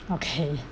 okay